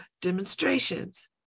demonstrations